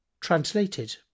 Translated